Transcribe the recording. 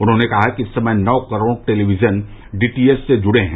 उन्होंने कहा कि इस समय नौ करोड़ टेलीविजन डीटीएच से जुड़े हैं